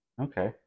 Okay